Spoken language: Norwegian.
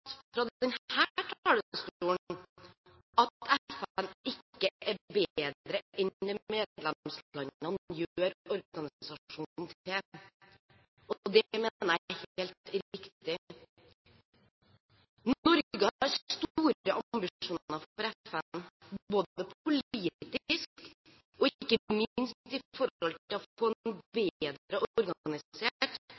fra denne talerstolen at FN ikke er bedre enn det medlemslandene gjør organisasjonen til, og det mener jeg er helt riktig. Norge har store ambisjoner for FN, både politisk og ikke minst i forhold til å få en bedre organisert og effektiv organisasjon. Vi har i